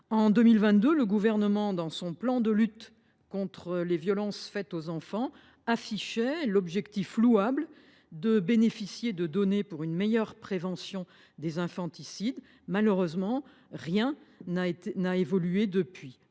En 2022, le Gouvernement affichait dans son plan de lutte contre les violences faites aux enfants l’objectif louable de disposer de données en vue d’une meilleure prévention des infanticides. Malheureusement, rien n’a évolué depuis.